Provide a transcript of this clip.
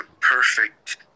perfect